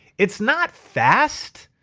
it's not fast,